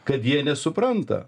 kad jie nesupranta